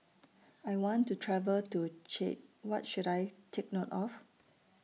I want to travel to Chad What should I Take note of